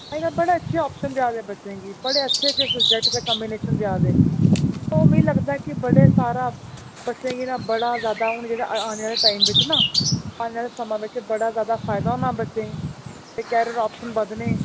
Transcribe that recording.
अजकल बड़े अच्छे आप्शन दिया दे बच्चें गी बड़े अच्छे अच्छे सब्जैक्ट दे कोम्बिनेशन दिया दे ओह् मिकी लगदा कि बड़े सारा बच्चें गी ना बड़ा जैदा हून जेह्ड़ा आने आह्ला टाइम बिच ना आने आह्ला समां बिच बड़ा जैदा फायदा होना बच्चें गी ते करियर आप्शन बधने